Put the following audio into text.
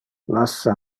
lassa